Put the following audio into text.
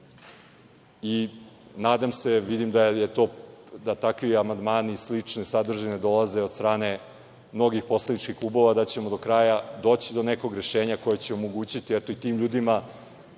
i nadam se, vidim da takvi amandmani i slične sadržine dolaze od strane mnogih poslaničkih klubova, da ćemo do kraja doći do nekog rešenja koje će omogućiti tim ljudima,